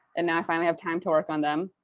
and now i finally have time to work on them,